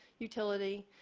utility,